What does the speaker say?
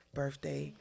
birthday